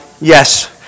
yes